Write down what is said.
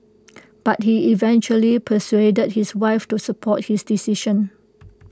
but he eventually persuaded his wife to support his decision